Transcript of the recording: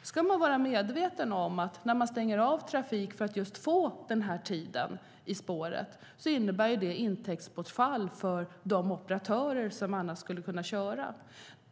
Då ska man vara medveten om att det när man stänger av trafik för att få den tiden i spåret innebär intäktsbortfall för de operatörer som annars skulle ha kunnat köra.